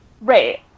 Right